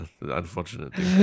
unfortunately